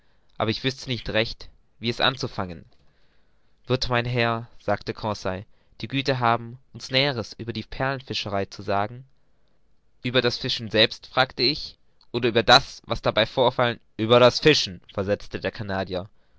aber ich wußte nicht recht wie es anzufangen wird mein herr sagte conseil die güte haben uns näheres über die perlenfischerei zu sagen ueber das fischen selbst fragte ich oder über das was dabei vorfallen ueber das fischen versetzte der